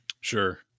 Sure